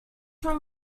from